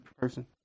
person